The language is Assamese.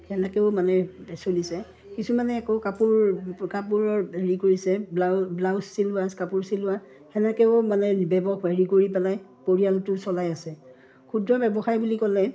সেনেকৈও মানে চলিছে কিছুমানে একো কাপোৰ কাপোৰৰ হেৰি কৰিছে ব্লাউজ চিলোৱা কাপোৰ চিলোৱা সেনেকৈও মানে হেৰি কৰি পেলাই পৰিয়ালটো চলাই আছে ক্ষুদ্ৰ ব্যৱসায় বুলি ক'লে